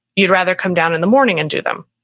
you'd rather come down in the morning and do them